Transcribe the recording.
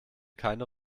keine